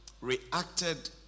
reacted